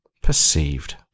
perceived